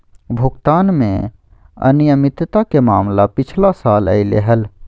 भुगतान में अनियमितता के मामला पिछला साल अयले हल